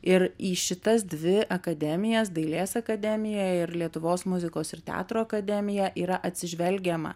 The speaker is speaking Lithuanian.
ir į šitas dvi akademijas dailės akademija ir lietuvos muzikos ir teatro akademija yra atsižvelgiama